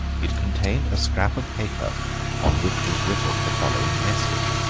it contained a scrap of paper on which was written the following message